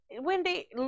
Wendy